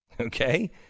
Okay